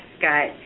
got